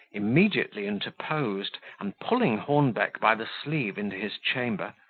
immediately interposed, and pulling hornbeck by the sleeve into his chamber,